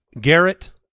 Garrett